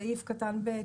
סעיף קטן (ב)